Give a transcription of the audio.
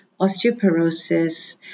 osteoporosis